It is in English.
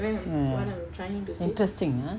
mm interesting ah